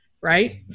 Right